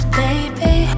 baby